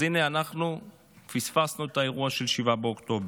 אז הינה, אנחנו פספסנו את האירוע של 7 באוקטובר.